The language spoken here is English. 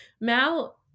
mal